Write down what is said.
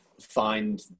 find